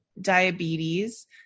diabetes